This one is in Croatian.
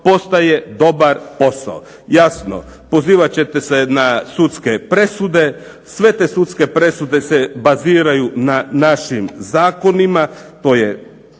postaje dobar posao. Jasno, pozivat ćete se na sudske presude. Sve te sudske presude se baziraju na našim zakonima.